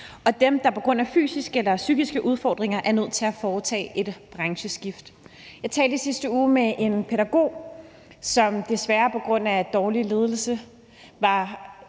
for dem, der på grund af fysiske eller psykiske udfordringer er nødt til at foretage et brancheskift. Jeg talte i sidste uge med en pædagog, som desværre på grund af dårlig ledelse